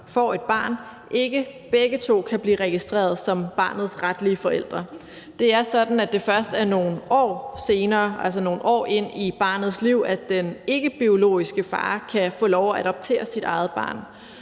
får et barn, ikke begge to kan blive registreret som barnets retlige forældre. Det er sådan, at det først er nogle år senere, altså nogle år ind i barnets liv, at den ikkebiologiske far kan få lov at adoptere sit eget barn.